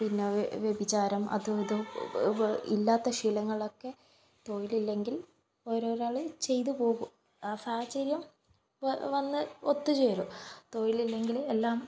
പിന്നെ വെ വ്യഭിചാരം അതും ഇതും ഇല്ലാത്ത ശീലങ്ങൾ ഒക്കെ തൊഴിലില്ലെങ്കിൽ ഓരോരാൾ ചെയ്ത് പോകും ആ സാഹചര്യം വ വന്ന് ഒത്ത് ചേരും തൊഴിലില്ലെങ്കിൽ എല്ലാം